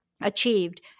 achieved